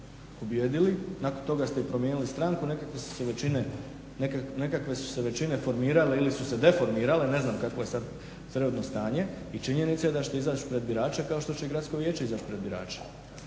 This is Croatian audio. pobijedili, nakon toga ste i promijenili stranku, nekako ste se većine, nekakve su se većine formirale ili su se deformirale, ne znam kakvo je sad trenutno stanje i činjenica je da ćete izaći pred birače kao što će Gradsko vijeće izaći pred birače.